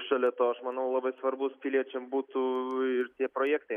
šalia to aš manau labai svarbūs piliečiam būtų ir tie projektai